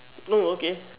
no okay